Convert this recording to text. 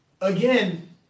again